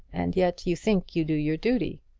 and yet you think you do your duty.